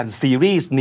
series